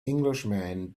englishman